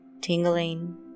tingling